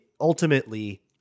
ultimately